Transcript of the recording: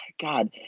God